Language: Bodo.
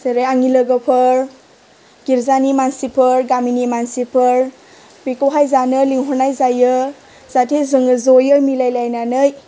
जेरै आंनि लोगोफोर गिरजानि मानसिफोर गामिनि मानसिफोर बेखौहाय जानो लिंहरनाय जायो जाहथे जोङो ज'यै मिलायलायनानै